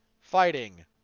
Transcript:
fighting